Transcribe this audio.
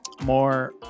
more